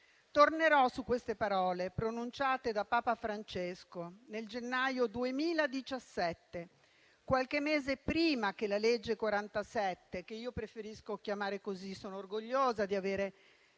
Tornerò su queste parole, pronunciate da Papa Francesco nel gennaio 2017, qualche mese prima che la legge n. 47 (che io preferisco chiamare così; sono orgogliosa di aver